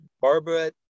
Barbara